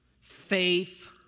faith